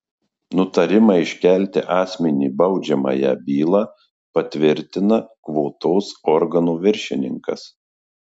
nutarimą iškelti asmeniui baudžiamąją bylą patvirtina kvotos organo viršininkas